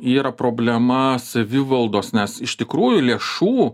yra problema savivaldos nes iš tikrųjų lėšų